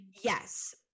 yes